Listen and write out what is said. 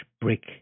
brick